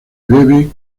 bebe